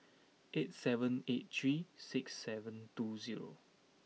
eight seven eight three six seven two zero